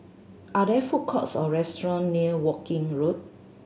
are there food courts or restaurant near Woking Road